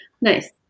Nice